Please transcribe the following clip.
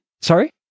sorry